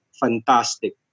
fantastic